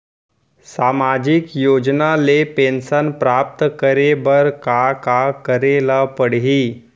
सामाजिक योजना ले पेंशन प्राप्त करे बर का का करे ल पड़ही?